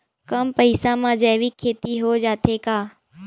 कम पईसा मा जैविक खेती हो जाथे का?